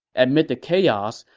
amid the chaos,